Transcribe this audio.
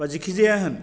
बा जिखिजाया होन